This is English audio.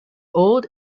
old